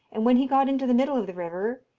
and when he got into the middle of the river,